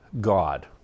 God